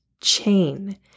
chain